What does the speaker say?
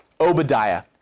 Obadiah